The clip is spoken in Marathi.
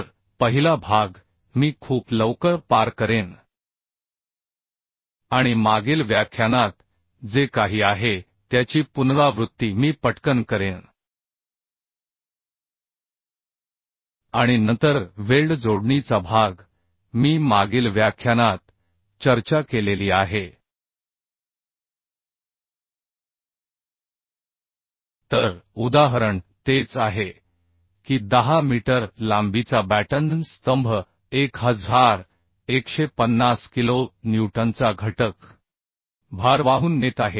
तर पहिला भाग मी खूप लवकर पार करेन आणि मागील व्याख्यानात जे काही आहे त्याची पुनरावृत्ती मी पटकन करेन आणि नंतर वेल्ड जोडणीचा भाग मी मागील व्याख्यानात चर्चा केलेली आहे तर उदाहरण तेच आहे की 10 मीटर लांबीचा बॅटन स्तंभ 1150 किलो न्यूटनचा घटक भार वाहून नेत आहे